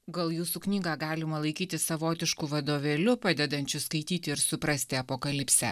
gal jūsų knygą galima laikyti savotišku vadovėliu padedančiu skaityti ir suprasti apokalipsę